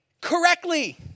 correctly